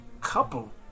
couple